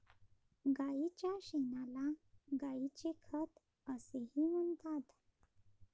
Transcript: गायीच्या शेणाला गायीचे खत असेही म्हणतात